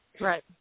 Right